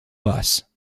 bus